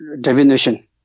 divination